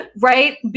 right